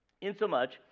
insomuch